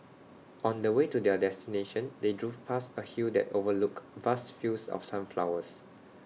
on the way to their destination they drove past A hill that overlooked vast fields of sunflowers